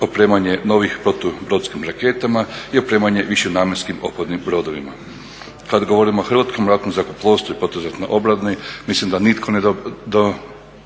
opremanje novih protu brodskim raketama i opremanje višenamjenskim oklopnim brodovima. Kad govorim o hrvatskom ratnom zrakoplovstvu i …/Govornik se ne razumije./…